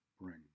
bring